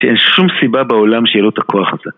שום סיבה בעולם שיהיה לו את הכוח הזה